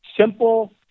simple